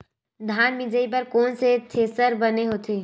धान मिंजई बर कोन से थ्रेसर बने होथे?